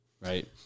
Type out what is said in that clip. Right